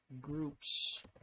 groups